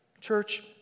Church